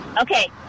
Okay